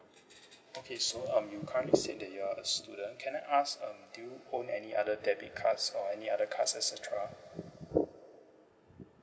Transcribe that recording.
okay so um you currently said that you are a student can I ask um do you own any other debit cards or any other cards et cetera